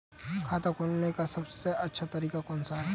खाता खोलने का सबसे अच्छा तरीका कौन सा है?